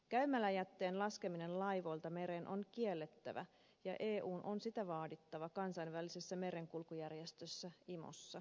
käymäläjätteen laskeminen laivoilta mereen on kiellettävä ja eun on sitä vaadittava kansainvälisessä merenkulkujärjestössä imossa